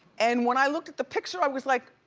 and when i looked at the picture, i was like,